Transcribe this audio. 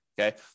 Okay